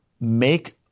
make